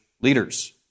leaders